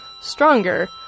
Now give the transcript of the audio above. stronger